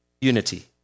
unity